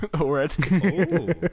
already